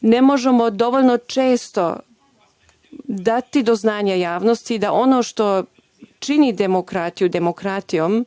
ne možemo dovoljno često dati do znanja javnosti da ono što čini demokratiju demokratijom